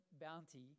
bounty